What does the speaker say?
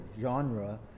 genre